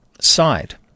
side